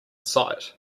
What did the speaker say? sight